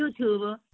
YouTube